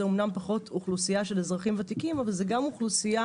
זו אומנם פחות אוכלוסייה של אזרחים ותיקים אבל זו גם אוכלוסייה